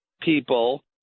people